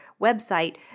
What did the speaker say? website